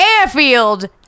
airfield